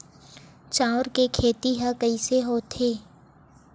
चांउर के खेती ह कइसे होथे?